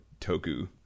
toku